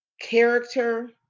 character